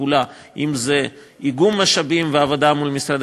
אם זה איגום משאבים ועבודה מול משרדי